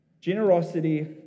Generosity